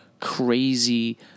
crazy